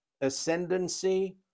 ascendancy